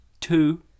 two